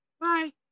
Bye